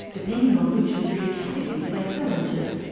depending on which of three categories they fell into.